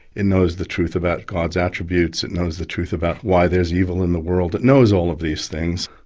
it knows the truth about god's attributes, it knows the truth about why there's evil in the world. it knows all of these things.